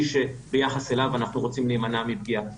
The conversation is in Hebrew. שביחס אליו אנחנו רוצים להימנע מפגיעה.